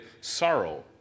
sorrow